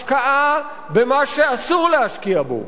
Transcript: השקעה במה שאסור להשקיע בו,